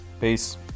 Peace